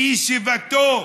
בישיבתו